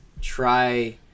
try